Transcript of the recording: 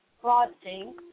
frosting